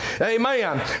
Amen